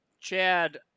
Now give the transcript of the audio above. Chad